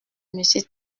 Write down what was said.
monsieur